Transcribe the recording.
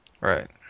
Right